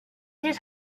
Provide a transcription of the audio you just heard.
his